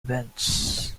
events